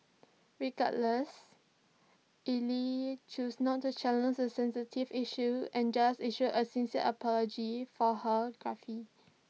regardless Ell choose not to challenge the sensitive issue and just issued A sincere apology for her gaffe